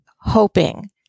hoping